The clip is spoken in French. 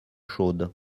chaude